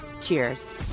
Cheers